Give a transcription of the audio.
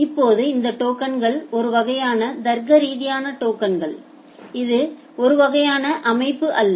இப்போது இந்த டோக்கன்கள் ஒரு வகையான தர்க்கரீதியான டோக்கன்கள் இது ஒரு வகையான அமைப்பு அல்ல